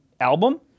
album